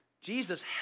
Jesus